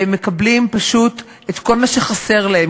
והם מקבלים פשוט את כל מה שחסר להם.